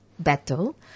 battle